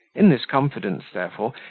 in this confidence, therefore,